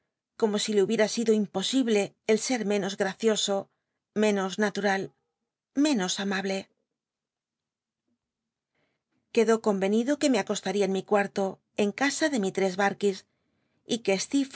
como si le hubiera sido imposible el ser menos gmcioso menos natural menos amable quedó conycniclo que me acostaría en mi cuarto en casa de mistress barlds y